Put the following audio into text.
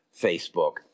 Facebook